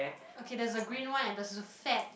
okay there's a green one and there's a fat